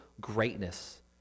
greatness